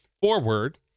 forward